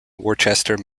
worcester